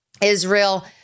Israel